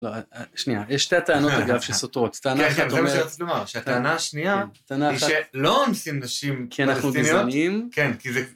לא, שנייה, יש שתי טענות אגב שסותרות. כן, כן, זה מה שרציתי לומר, שהטענה השנייה, היא שלא אונסים נשים פלסטיניות, כי אנחנו גזענים, כן, כי זה...